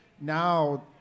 now